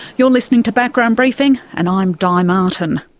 you're listening to background briefing and i'm di martin.